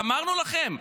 שאמרנו לכם?